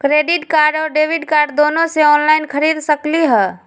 Credit card और debit card दोनों से ऑनलाइन खरीद सकली ह?